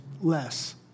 less